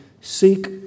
seek